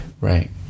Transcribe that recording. Right